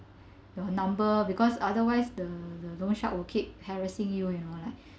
your number because otherwise the the loan shark will keep harassing you you know like